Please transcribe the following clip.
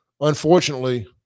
Unfortunately